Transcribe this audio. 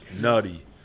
Nutty